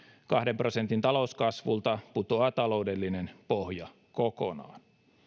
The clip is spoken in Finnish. kahden prosentin talouskasvulta putoaa taloudellinen pohja kokonaan